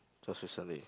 just recently